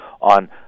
on